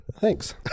thanks